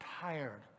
tired